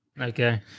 okay